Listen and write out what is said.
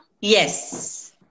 Yes